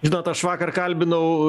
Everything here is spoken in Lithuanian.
žinot aš vakar kalbinau